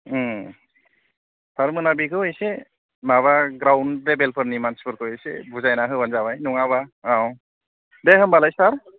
ओम सारमोना बेखौ एसे माबा ग्राउन्ड लेबेलफोरनि मानसिफोरखौ एसे बुजायना होबानो जाबाय नङाबा औ दे होमबालाय सार